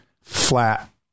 flat